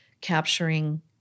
capturing